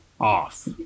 off